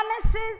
promises